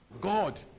God